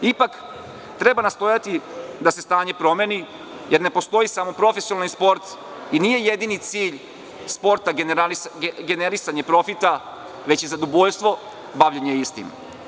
Ipak treba nastojati da se stanje promeni, jer ne postoji samo profesionalni sport i nije jedini cilj sporta, generisanje profita, već i zadovoljstvo bavljenje istim.